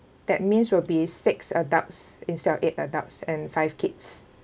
that means will be six adults instead of eight adults and five kids